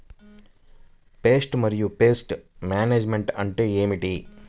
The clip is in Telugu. పెస్ట్ మరియు పెస్ట్ మేనేజ్మెంట్ అంటే ఏమిటి?